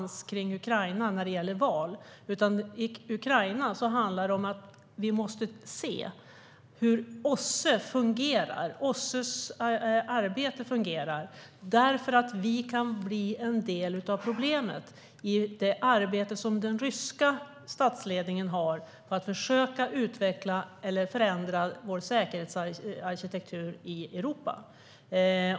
När det gäller Ukraina måste vi se hur OSSE:s arbete fungerar, för vi kan bli en del av problemet i det arbete som den ryska statsledningen gör för att försöka förändra Europas säkerhetsarkitektur.